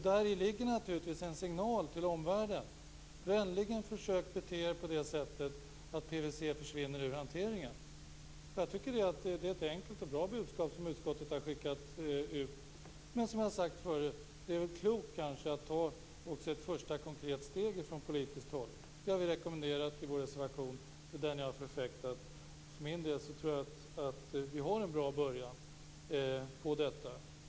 Däri finns naturligtvis en signal till omvärlden: Vänligen bete er på det sättet att PVC försvinner ur hanteringen. Jag tycker att det är ett enkelt och bra budskap som utskottet har skickat ut. Men som jag har sagt förut vore det kanske klokt att också ta ett första konkret steg från politiskt håll. Det har vi rekommenderat i vår reservation. Det är den ni har förfäktat. För min del tror jag att vi har en bra början på detta.